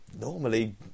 normally